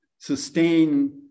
sustain